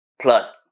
plus